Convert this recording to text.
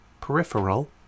peripheral